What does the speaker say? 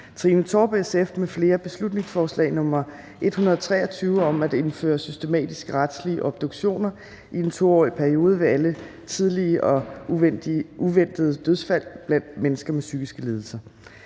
nr. B 123 (Forslag til folketingsbeslutning om at indføre systematiske retslige obduktioner i en 2-årig periode ved alle tidlige og uventede dødsfald blandt mennesker med psykiske lidelser).